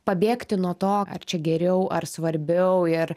pabėgti nuo to ar čia geriau ar svarbiau ir